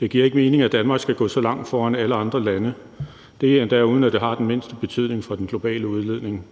Det giver ikke mening, at Danmark skal gå så langt foran alle andre lande. Det er endda, uden at det har den mindste betydning for den globale udledning.